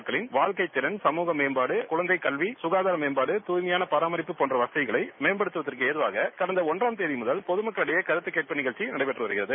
மக்களின் வாழ்க்கைத்திறன் சமூக மேம்பாடு குழந்தை கல்வி சுகாதார மேம்பாடு தூய்மையான பராமரிப்பு போன்றவற்றை மேம்படுத்தும்வகையில் கடந்த ஒன்றாம்தேதிமுதல் இந்த கருத்து கேட்பு நிகழ்ச்சி நடைபெற்று வருகிறது